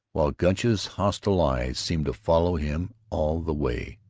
while gunch's hostile eyes seemed to follow him all the way.